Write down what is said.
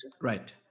Right